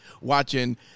watching